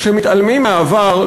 שמתעלמים מהעבר,